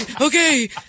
okay